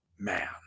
man